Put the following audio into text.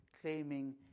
claiming